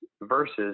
versus